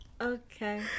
Okay